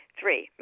Three